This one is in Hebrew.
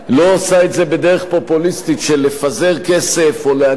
לא עושה את זה בדרך פופוליסטית של לפזר כסף או להגביל